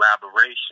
collaboration